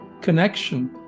connection